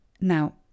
Now